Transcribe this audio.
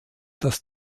das